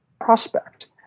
prospect